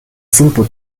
simple